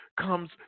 comes